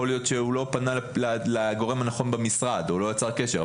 יכול להיות שהוא לא פנה לגורם הנכון במשרד או לא יצר קשר,